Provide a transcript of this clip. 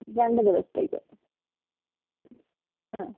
രണ്ടു ദിവസത്തേക്ക് ആ